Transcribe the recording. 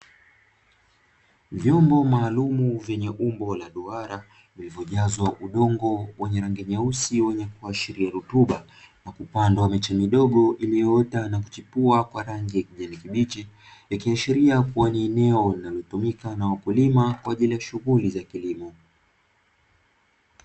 Vyombo maalumu vyenye umbo la duara vilivyojazwa udongo wenye rangi nyeusi, wenye kuashiria rutuba na kupandwa miche midogo iliyoota na kuchipua kwa rangi ya kijani kibichi, ikiashiria kuwa ni eneo linalotumika na wakulima kwa ajili ya shughuli za kilimo.